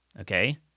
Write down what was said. Okay